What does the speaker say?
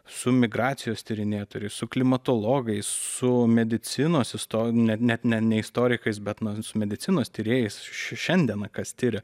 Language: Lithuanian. su migracijos tyrinėtojais su klimatologais su medicinos isto net ne ne istorikais bet nu medicinos tyrėjais šiandieną kas tiria